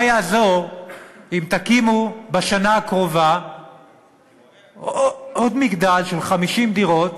מה יעזור אם תקימו בשנה הקרובה עוד מגדל של 50 דירות